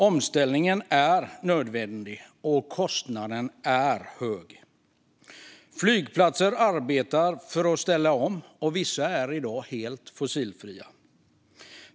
Omställningen är nödvändig men kostnaden hög. Flygplatser arbetar för att ställa om, och vissa är i dag helt fossilfria.